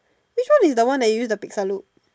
which one is the one that you use the pizza look